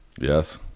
Yes